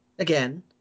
Again